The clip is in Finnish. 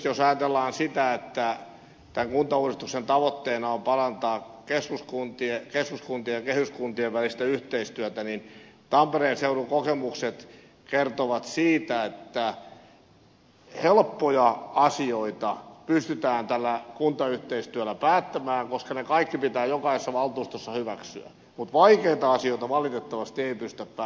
jos ajatellaan sitä että tämän kuntauudistuksen tavoitteena on parantaa keskuskuntien ja kehyskuntien välistä yhteistyötä niin tampereen seudun kokemukset kertovat siitä että helppoja asioita pystytään tällä kuntayhteistyöllä päättämään koska ne kaikki pitää jokaisessa valtuustossa hyväksyä mutta vaikeita asioita valitettavasti ei pystytä päättämään